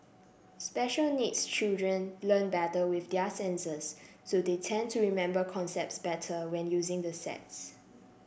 special needs children learn better with their senses so they tend to remember concepts better when using the sets